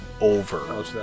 over